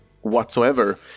whatsoever